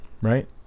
right